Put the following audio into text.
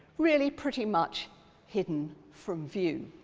really pretty much hidden from view.